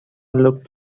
looked